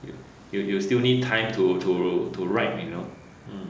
you you you still need time to to to write you know